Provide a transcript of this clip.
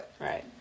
Right